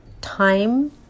time